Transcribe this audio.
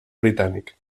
britànic